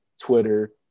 Twitter